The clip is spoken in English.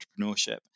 entrepreneurship